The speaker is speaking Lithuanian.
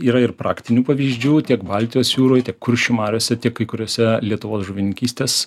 yra ir praktinių pavyzdžių tiek baltijos jūroj tiek kuršių mariose tiek kai kuriuose lietuvos žuvininkystės